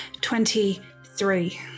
twenty-three